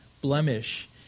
blemish